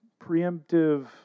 preemptive